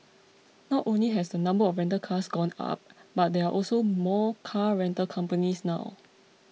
not only has the number of rental cars gone up but there are also more car rental companies now